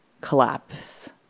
collapse